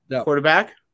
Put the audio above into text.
Quarterback